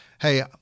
hey